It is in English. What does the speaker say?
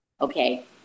Okay